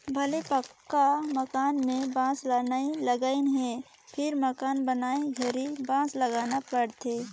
भले पक्का मकान में बांस ल नई लगईंन हे फिर मकान बनाए घरी बांस लगाना पड़थे